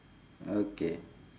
okay